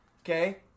Okay